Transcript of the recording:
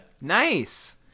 nice